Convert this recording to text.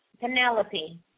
Penelope